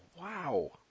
wow